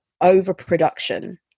overproduction